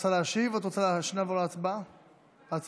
רוצה להשיב או שאת רוצה שנעבור להצבעה?